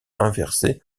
inverser